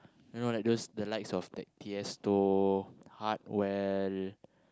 you know like those the likes of like the Tiesto Hardwell